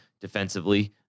defensively